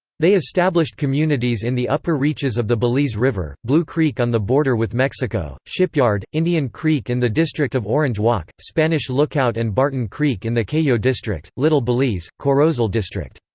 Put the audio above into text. they established communities in the upper reaches of the belize river blue creek on the border with mexico shipyard, indian creek in and the district of orange walk spanish lookout and barton creek in the cayo district little belize, corozal district.